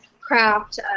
craft